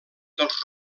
dels